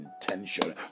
intention